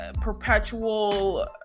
perpetual